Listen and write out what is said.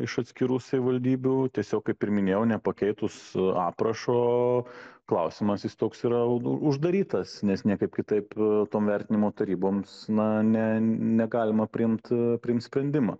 iš atskirų savivaldybių tiesiog kaip ir minėjau nepakeitus aprašo klausimas jis toks yra nu uždarytas nes niekaip kitaip tom vertinimo taryboms na ne negalima priimt priimt sprendimą